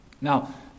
Now